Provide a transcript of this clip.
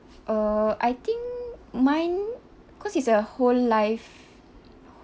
uh I think mine cause it's a whole life